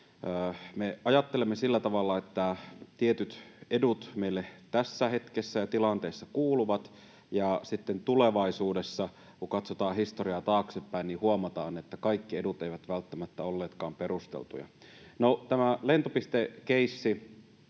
Me ajattelemme sillä tavalla, että tietyt edut meille tässä hetkessä ja tilanteessa kuuluvat, ja sitten tulevaisuudessa, kun katsotaan historiaa taaksepäin, huomataan, että kaikki edut eivät välttämättä olleetkaan perusteltuja. No, tämä lentopistekeissi